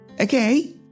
Okay